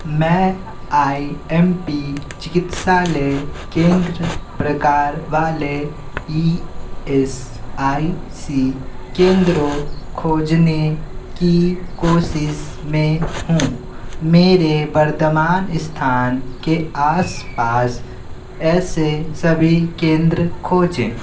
मैं I M P चिकित्सालय केंद्र प्रकार वाले ई एस आई सी केन्द्रों खोजने की कोशिश में हूँ मेरे वर्तमान स्थान के आसपास ऐसे सभी केंद्र खोजें